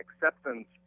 acceptance